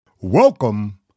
Welcome